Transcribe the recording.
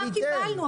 מה קיבלנו,